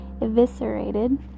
Eviscerated